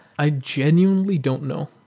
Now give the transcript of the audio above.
i genuinely don't know.